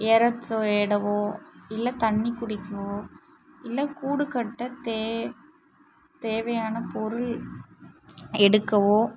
எரைத்தேடவோ இல்லை தண்ணிர் குடிக்கவோ இல்லை கூட்டுக்கட்ட தேவையான பொருள் எடுக்கவோ